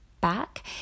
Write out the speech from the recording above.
back